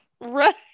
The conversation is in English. Right